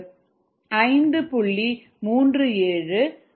3710 3s 1 கிடைக்கும்